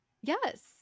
Yes